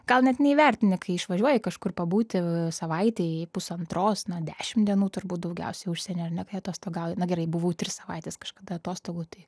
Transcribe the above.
gal net neįvertini kai išvažiuoji kažkur pabūti savaitei pusantros na dešim dienų turbūt daugiausiai užsieny ar ne kai atostogauji na gerai buvau tris savaites kažkada atostogų tai